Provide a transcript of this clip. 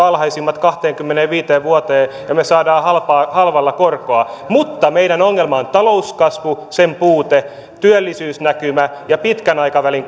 alhaisimmat kahteenkymmeneenviiteen vuoteen ja me saamme velkaa halvalla korolla mutta meidän ongelmamme on talouskasvu sen puute työllisyysnäkymä ja pitkän aikavälin